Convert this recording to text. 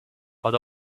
but